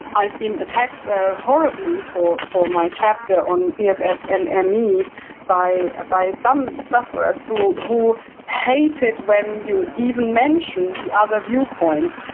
i've been attacked ah horribly for for my chapter on cfs and and me by by some sufferers who who hated when you even mention the other viewpoint.